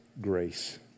grace